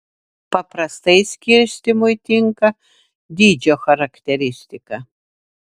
paprastai skirstymui tinka dydžio charakteristika